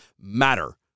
matter